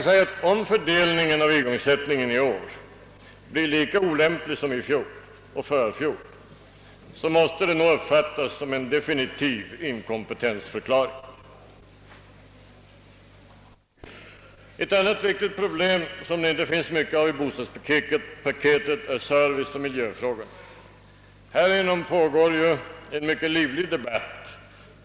— Blir fördelningen av igång sättningen i år lika olämplig som i fjol och i förfjol måste det nog uppfattas som en definitiv inkompetensförklaring. Ett annat viktigt problem som man inte kan finna mycket av i bostadspaketet är de eljest livligt omdebatterade serviceoch miljöfrågorna.